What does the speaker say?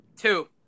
Two